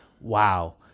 Wow